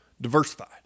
diversified